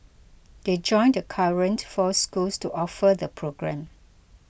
they join the current four schools to offer the programme